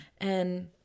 And-